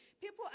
People